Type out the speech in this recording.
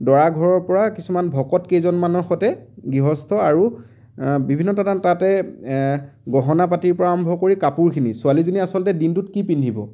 দৰাঘৰৰ পৰা কিছুমান ভকত কেইজনমানৰ সৈতে গৃহস্থ আৰু বিভিন্ন ধৰণৰ তাতে গহনা পাতিৰ পৰা আৰম্ভ কৰি কাপোৰখিনি ছোৱালীজনী আচলতে দিনটোত কি পিন্ধিব